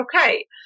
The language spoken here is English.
okay